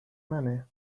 منه